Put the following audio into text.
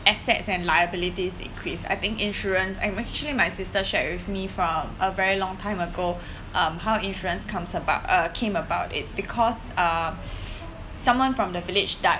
assets and liabilities increase I think insurance I'm actually my sister shared with me for a very long time ago um how insurance comes about uh came about it's because ah someone from the village died